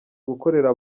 gukorera